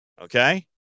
Okay